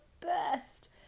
best